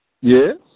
Yes